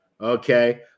okay